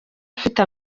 afite